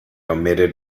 omitted